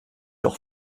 auch